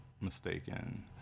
mistaken